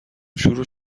شروع